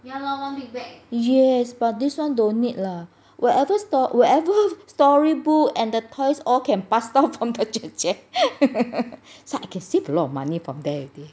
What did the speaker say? yes but this [one] don't need lah whatever store whatever storybook and the toys all can pass down from the 姐姐 so I can save a lot of money from there already